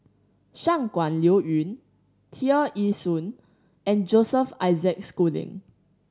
Shangguan Liuyun Tear Ee Soon and Joseph Isaac Schooling